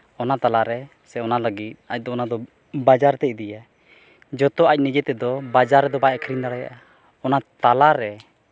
ᱚᱱᱟ ᱛᱟᱞᱟᱨᱮ ᱥᱮ ᱚᱱᱟ ᱞᱟᱹᱜᱤᱫ ᱟᱡᱽ ᱫᱚ ᱚᱱᱟ ᱫᱚ ᱵᱟᱡᱟᱨᱛᱮ ᱤᱫᱤᱭᱟᱭ ᱡᱚᱛᱚ ᱟᱡᱽ ᱱᱤᱡᱮ ᱛᱮᱫᱚ ᱵᱟᱡᱟᱨ ᱨᱮᱫᱚ ᱵᱟᱭ ᱟᱹᱠᱷᱨᱤᱧ ᱫᱟᱲᱮᱭᱟᱜᱼᱟ ᱚᱱᱟ ᱛᱟᱞᱟᱨᱮ